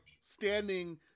standing